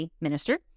minister